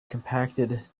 compacted